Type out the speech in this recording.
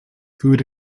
food